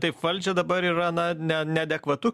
taip valdžią dabar yra na ne neadekvatu